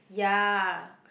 ya